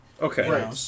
Okay